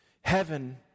Heaven